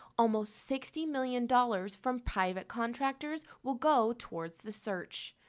almost sixty million dollars from private contractors will go towards the search.